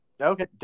Okay